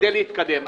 כדי להתקדם.